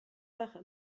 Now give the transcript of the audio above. par